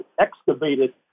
excavated